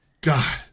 God